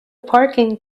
parking